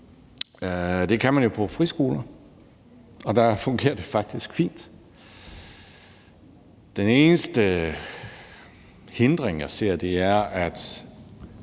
Det kan man jo på friskoler, og der fungerer det faktisk fint. Den eneste hindring, jeg ser, er, at